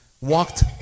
walked